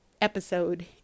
episode